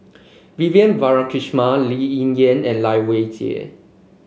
Vivian Balakrishnan Lee Ling Yen and Lai Weijie